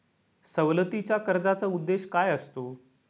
सवलतीच्या कर्जाचा उद्देश काय असतो?